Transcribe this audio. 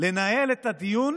לנהל את הדיון